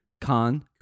Khan